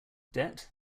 debt